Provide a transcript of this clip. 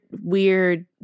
weird